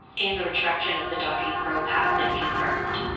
and the retraction of the docking probe has been confirmed.